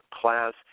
class